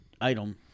item